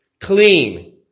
clean